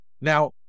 Now